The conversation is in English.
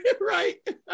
Right